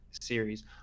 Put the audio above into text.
series